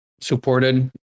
supported